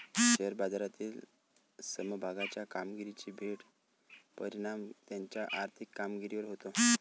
share बाजारातील समभागाच्या कामगिरीचा थेट परिणाम त्याच्या आर्थिक कामगिरीवर होतो